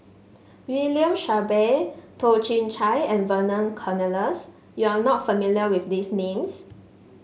William Shellabear Toh Chin Chye and Vernon Cornelius you are not familiar with these names